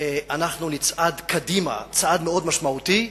אנחנו נצעד קדימה צעד מאוד משמעותי,